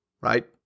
right